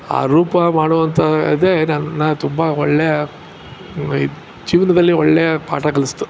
ಆ ರೂಪ ಮಾಡುವಂತ ಇದೆ ನನ್ನ ತುಂಬ ಒಳ್ಳೆಯ ಈ ಜೀವ್ನದಲ್ಲಿ ಒಳ್ಳೆಯ ಪಾಠ ಕಲಿಸ್ತು